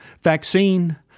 Vaccine